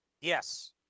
Yes